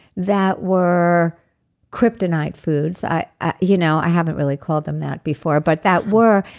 that were kryptonite foods. i you know i haven't really called them that before, but that were.